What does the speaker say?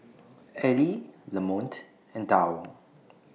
Aili Lamonte and Dow